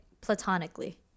platonically